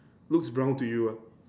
looks brown to you ah